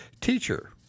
Teacher